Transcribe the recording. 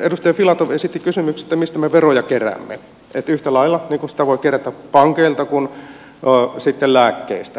edustaja filatov esitti kysymyksen että mistä me veroja keräämme että yhtä lailla niitä voi kerätä pankeilta kuin esimerkiksi lääkkeistä